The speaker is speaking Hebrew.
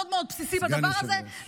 ואני עושה פה שיעור מאוד מאוד בסיסי בדבר הזה.